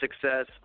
success